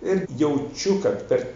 ir jaučiu kad per